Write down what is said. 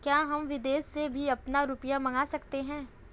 क्या हम विदेश से भी अपना रुपया मंगा सकते हैं?